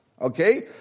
okay